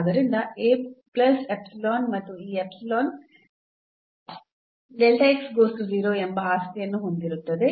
ಆದ್ದರಿಂದ ಮತ್ತು ಈ ಎಪ್ಸಿಲಾನ್ ಎಂಬ ಆಸ್ತಿಯನ್ನು ಹೊಂದಿರುತ್ತದೆ